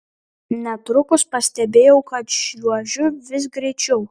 netrukus pastebėjau kad šliuožiu vis greičiau